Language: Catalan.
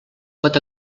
pot